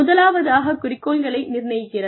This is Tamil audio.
முதலாவதாக குறிக்கோள்களை நிர்ணயிக்கிறது